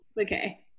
okay